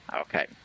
Okay